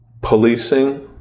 policing